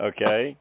Okay